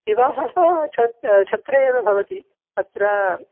विवाहः छत्रे एव भवति अत्र